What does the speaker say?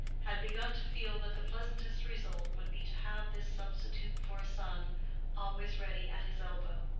had begun to feel that the pleasantest result would be to have this substitute for a son always ready at his elbow.